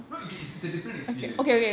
no okay it's it's a different experience